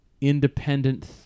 independent